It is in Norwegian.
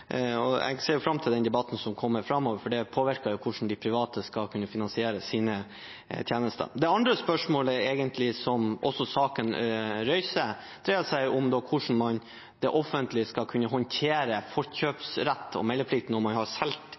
gjennomsnittsprisen. Jeg ser fram til den debatten som kommer framover, for det påvirker jo hvordan de private skal kunne finansiere sine tjenester. Det andre spørsmålet som saken reiser, dreier seg om hvordan det offentlige skal kunne håndtere forkjøpsrett og meldeplikt når man har